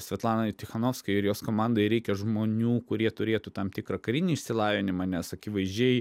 svetlanai tichanovskai ir jos komandai reikia žmonių kurie turėtų tam tikrą karinį išsilavinimą nes akivaizdžiai